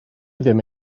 ddim